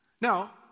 Now